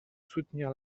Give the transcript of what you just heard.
soutenir